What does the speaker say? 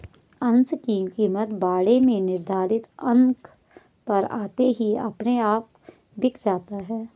अंश की कीमत बाड़े में निर्धारित अंक पर आते ही अपने आप बिक जाता है